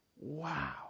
Wow